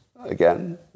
again